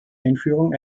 einführung